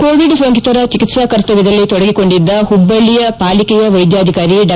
Covid ಸೋಂಕಿತರ ಚಿಕಿತ್ಸಾ ಕರ್ತವ್ಯದಲ್ಲಿ ತೊಡಗಿಕೊಂಡಿದ್ದ ಹುಬ್ಬಳ್ಳಿಯ ಪಾಲಿಕೆಯ ವೈದ್ಯಾಧಿಕಾರಿ ಡಾ